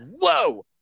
whoa